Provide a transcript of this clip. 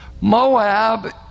Moab